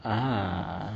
(uh huh)